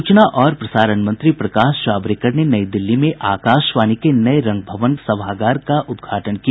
सूचना और प्रसारण मंत्री प्रकाश जावड़ेकर ने नई दिल्ली में आकाशवाणी के नये रंग भवन सभागार का उद्घाटन किया